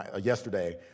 yesterday